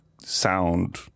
sound